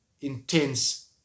intense